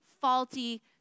faulty